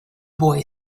boy